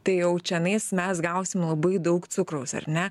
tai jau čionaiss mes gausim labai daug cukraus ar ne